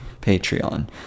Patreon